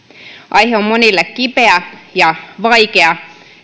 aihe on monille kipeä ja vaikea